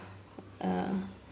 ah